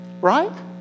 right